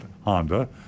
Honda